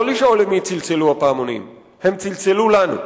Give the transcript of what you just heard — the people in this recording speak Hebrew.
הפעמונים צלצלו לנו.